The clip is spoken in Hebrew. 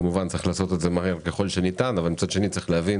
כמובן צריך לעשות את זה מהר ככל שניתן אבל מצד שני צריך להבין